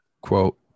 quote